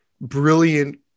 brilliant